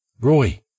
Roy